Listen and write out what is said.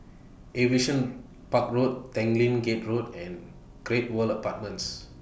Aviation Park Road Tanglin Gate Road and Great World Apartments